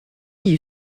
you